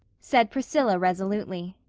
said priscilla resolutely.